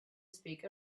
speak